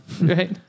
Right